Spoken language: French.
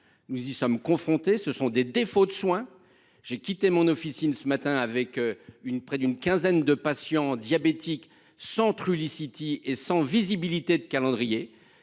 Nous y sommes confrontés et cela entraîne déjà des défauts de soins. J’ai quitté mon officine ce matin avec près d’une quinzaine de patients diabétiques sans Trulicity et sans visibilité sur les